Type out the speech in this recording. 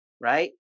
Right